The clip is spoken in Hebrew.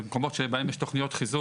במקומות שבהם יש תוכניות חיזוק,